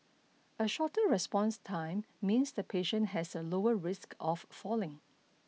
a shorter response time means the patient has a lower risk of falling